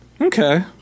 Okay